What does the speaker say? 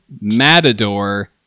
Matador